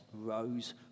rose